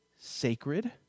sacred